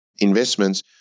investments